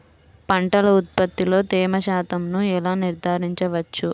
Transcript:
పంటల ఉత్పత్తిలో తేమ శాతంను ఎలా నిర్ధారించవచ్చు?